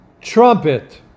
trumpet